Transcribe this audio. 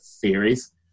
theories